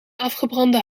afgebrande